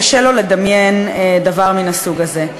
קשה לו לדמיין דבר מן הסוג הזה.